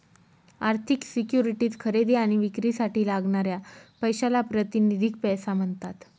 आर्थिक सिक्युरिटीज खरेदी आणि विक्रीसाठी लागणाऱ्या पैशाला प्रातिनिधिक पैसा म्हणतात